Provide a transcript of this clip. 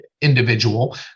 individual